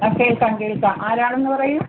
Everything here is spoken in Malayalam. ആ കേൾക്കാം കേൾക്കാം ആരാണെന്ന് പറയൂ